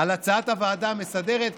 להצעת הוועדה המסדרת.